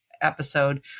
episode